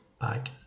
back